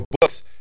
books